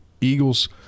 Eagles